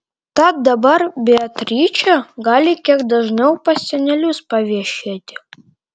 tad dabar beatričė gali kiek dažniau pas senelius paviešėti